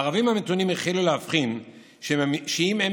הערבים המתונים החלו להבחין שאם הם